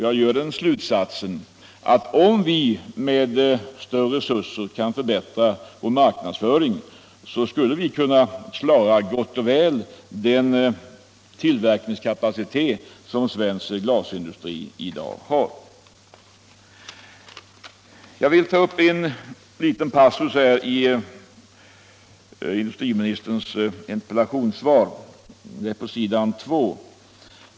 Jag drar den slutsatsen att om vi med större resurser kan förbättra får marknadsföring skulle vi gott och väl kunna klara den = Nr 92 tillverkningskapacitet som svensk glasindustri i dag har. Jag vill också ta upp en liten passus på s. 2 i industriministerns interpellationssvar.